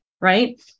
right